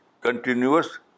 continuous